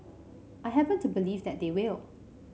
I happen to believe that they will